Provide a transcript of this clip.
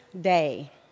day